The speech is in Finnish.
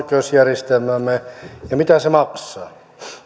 oikeusjärjestelmäämme ja mitä se maksaa